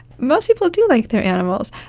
most people do like their animals.